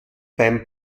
beim